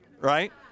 right